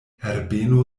herbeno